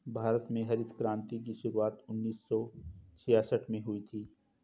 भारत में हरित क्रान्ति की शुरुआत उन्नीस सौ छियासठ में हुई थी